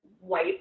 white